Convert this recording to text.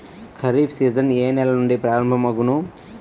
Kharif season ఏ నెల నుండి ప్రారంభం అగును?